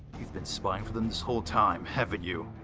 you've been spying for them this whole time, haven't you?